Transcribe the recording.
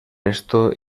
esto